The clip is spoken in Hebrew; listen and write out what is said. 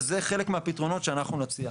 וזה חלק מהפתרונות שאנחנו נציע.